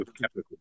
capital